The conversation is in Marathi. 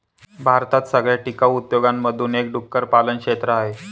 भारतात सगळ्यात टिकाऊ उद्योगांमधून एक डुक्कर पालन क्षेत्र आहे